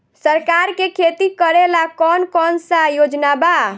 सरकार के खेती करेला कौन कौनसा योजना बा?